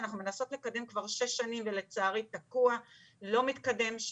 שאנחנו מנסות לקדם כבר שש שנים ולצערי תקוע ולא מתקדם.